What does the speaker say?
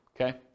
Okay